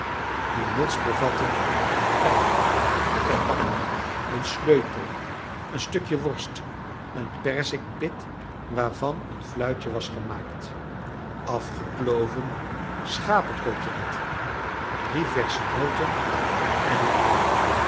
die muts bevatte een pijp tabak een sleutel een stukje worst een perzikpit waarvan een fluitje was gemaakt afgekloven schapecoteletten drie versche noten en een ui